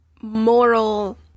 moral